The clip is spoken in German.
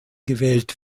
gewählt